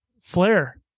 Flair